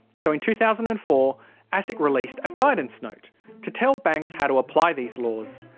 so in two thousand and four asic released a guidance note to tell banks how to apply these laws.